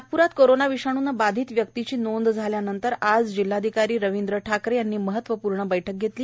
नागप्रात कोरोंना विषाणूने बाधित व्यक्तीची नोंद झाल्यानंतर आज जिल्हाधिकारी रवींद्र ठाकरे यांनी महत्वपूर्ण बैठक घेतली